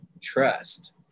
Trust